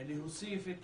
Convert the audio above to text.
להוסיף את